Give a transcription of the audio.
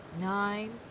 nine